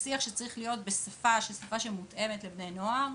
בנושא הזה צריך להיות בשפה שמותאמת לבני נוער.